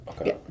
Okay